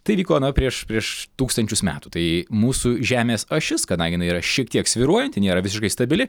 tai vyko na prieš prieš tūkstančius metų tai mūsų žemės ašis kadangi jinai yra šiek tiek svyruojanti nėra visiškai stabili